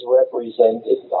represented